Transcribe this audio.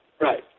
Right